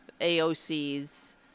AOC's